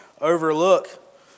overlook